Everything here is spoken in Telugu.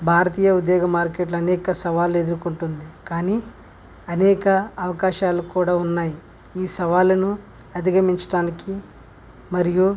భారతీయ ఉద్యోగ మార్కెట్ అనేక సవాళ్ళను ఎదుర్కొంటుంది కానీ అనేక అవకాశాలు కూడా ఉన్నాయి ఈ సవాళ్ళను అధిగమించడానికి మరియు